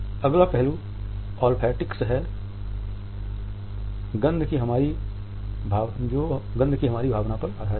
अगला पहलू ओल्फैक्टिक्स गंध की हमारी भावना पर आधारित है